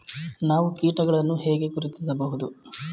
ನಾವು ಕೀಟಗಳನ್ನು ಹೇಗೆ ಗುರುತಿಸಬಹುದು?